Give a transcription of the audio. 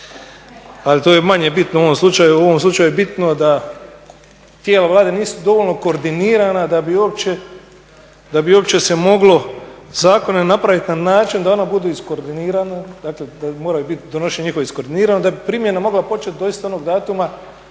Ali to je manje bitno u ovom slučaju. U ovom slučaju je bitno da tijela Vlade nisu dovoljno koordinirana da bi uopće se moglo zakone napraviti na način da ona budu iskoordinirana, dakle mora biti donošenje njihovo iskoordinirano da bi primjena mogla početi doista onog datuma